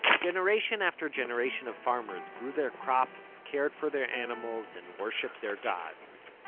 generation after generation of farmers grew their crops, cared for their animals, and worshiped their gods